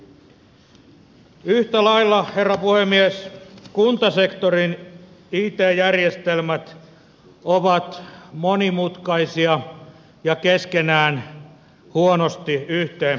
yhtä lailla herra puhemies kuntasektorin it järjestelmät ovat monimutkaisia ja keskenään huonosti yhteen pelaavia